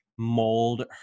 mold